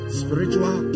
spiritual